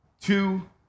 Two